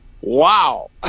wow